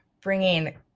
bringing